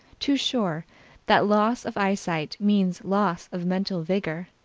too sure that loss of eyesight means loss of mental vigor,